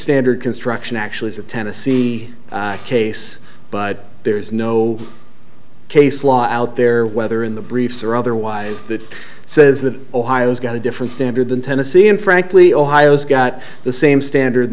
standard construction actually is a tennessee case but there is no case law out there whether in the briefs or otherwise that says that ohio's got a different standard than tennessee and frankly ohio's got the same standard in